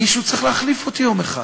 מישהו צריך להחליף אותי יום אחד.